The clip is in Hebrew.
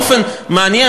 באופן מעניין,